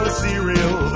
cereal